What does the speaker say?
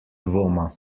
dvoma